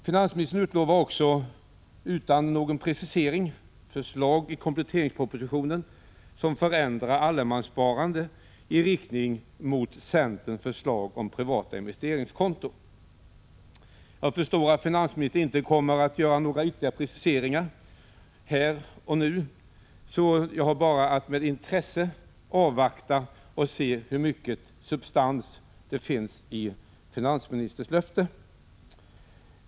Finansministern utlovar också, utan någon precisering, förslag i kompletteringspropositionen som förändrar allemanssparandet i riktning mot centerns förslag om privata investeringskonton. Jag förstår att finansministern inte kommer att göra några ytterligare preciseringar här och nu, så jag har bara att med intresse avvakta och se hur mycket substans det finns i finansministerns löfte.